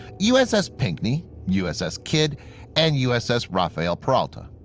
uss pinckney, uss kidd and uss rafael peralta.